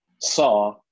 saw